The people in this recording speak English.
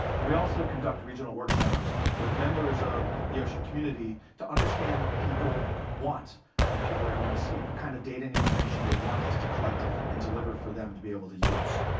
and we also conduct regional workshops with members of the ocean community to understand what people want when people are going to sea. what kind of data and information they want us to collect and deliver for them to be able to use.